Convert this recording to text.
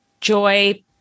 Joy